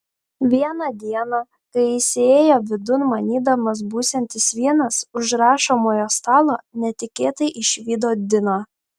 vieną dieną kai jis įėjo vidun manydamas būsiantis vienas už rašomojo stalo netikėtai išvydo diną